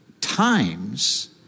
times